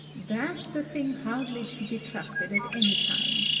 that's a thing hardly to be trusted at any time.